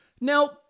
Now